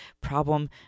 problem